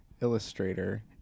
illustrator